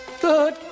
Good